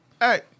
hey